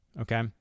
Okay